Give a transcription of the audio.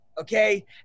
Okay